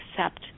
accept